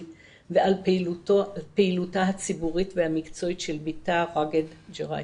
ועל פעילותה הציבורית והמקצועית של בתה רגד ג'ראייסי.